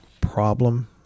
problem